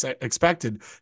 expected